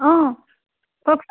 অ' কওকচোন